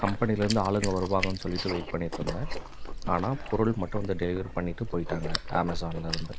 கம்பெனிலேருந்து ஆளுங்க வருவாங்கன்னு சொல்லிவிட்டு வெயிட் பண்ணிட்டிருந்தேன் ஆனால் பொருள் மட்டும் வந்து டெலிவர் பண்ணிவிட்டு போயிட்டாங்க அமேசான்லிருந்து